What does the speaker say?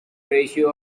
ratio